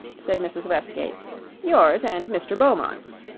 said mrs. westgate yours and mr. beaumont's.